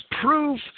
proof